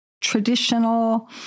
traditional